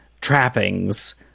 trappings